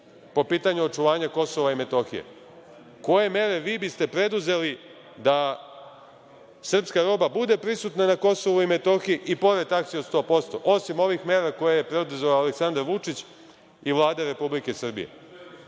po pitanju očuvanja KiM. Koje mere vi biste preduzeli da srpska roba bude prisutna na KiM, i pored taksi od 100%, osim ovih mera koje je preduzeo Aleksandar Vučić i Vlada Republike Srbije? Vaše